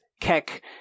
Keck